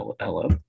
Hello